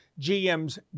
GM's